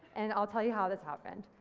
and i'll tell you how this happened.